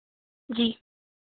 जी